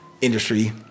industry